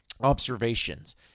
observations